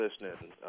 listening